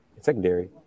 secondary